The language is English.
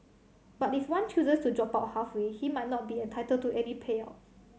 but if one chooses to drop out halfway he might not be entitled to any payouts